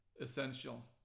essential